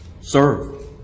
Serve